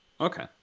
okay